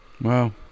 Wow